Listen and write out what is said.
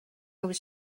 was